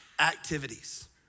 activities